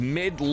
mid